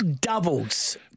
doubles